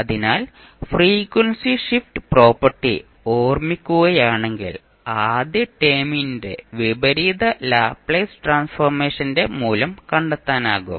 അതിനാൽ frequency shift property ഓർമിക്കുകയാണെങ്കിൽ ആദ്യ ടേമിന്റെ വിപരീത ലാപ്ലേസ് ട്രാൻസ്ഫോർമേഷന്റെ മൂല്യം കണ്ടെത്താനാകും